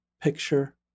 picture